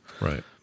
Right